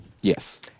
Yes